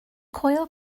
coil